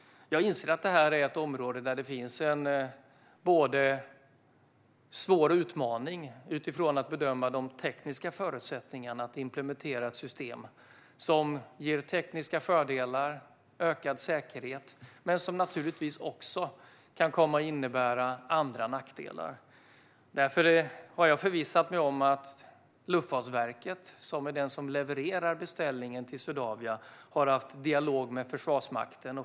Jag inser att det är en stor utmaning att bedöma de tekniska förutsättningarna för att implementera ett system som ger tekniska fördelar och ökad säkerhet men som givetvis också kan innebära nackdelar. Därför har jag förvissat mig om att Luftfartsverket, som levererar beställningen till Swedavia, har haft en dialog med Försvarsmakten.